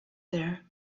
there